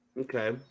Okay